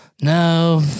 no